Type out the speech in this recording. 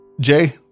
Jay